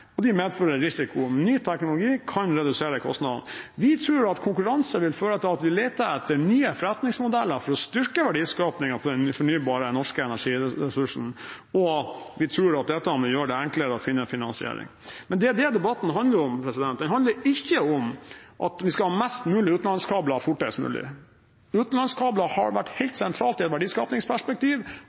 og de medfører risiko. Ny teknologi kan redusere kostnadene. Vi tror at konkurranse vil føre til at vi leter etter nye forretningsmodeller for å styrke verdiskapingen på den fornybare norske energiressursen, og vi tror at dette vil gjøre det enklere å finne en finansiering. Det er det debatten handler om, den handler ikke om at vi skal ha flest mulig utenlandskabler fortest mulig. Utenlandskabler har vært helt sentralt i et verdiskapingsperspektiv